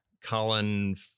colin